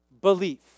belief